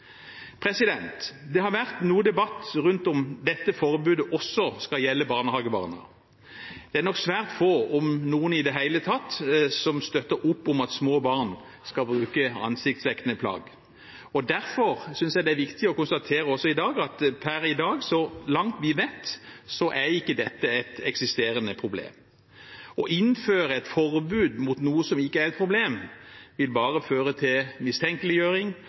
Det har vært noe debatt om hvorvidt dette forbudet også skal gjelde barnehagebarn. Det er nok svært få, om noen i det hele tatt, som støtter opp om at små barn skal bruke ansiktsdekkende plagg. Derfor synes jeg det er viktig å konstatere at per i dag er ikke dette et eksisterende problem, så langt vi vet. Å innføre et forbud mot noe som ikke er et problem, vil bare føre til mistenkeliggjøring